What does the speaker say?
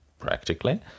Practically